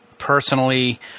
Personally